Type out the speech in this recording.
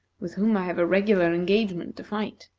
with whom i have a regular engagement to fight.